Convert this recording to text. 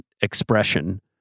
expression